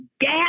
gas